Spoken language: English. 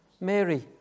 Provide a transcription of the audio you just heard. Mary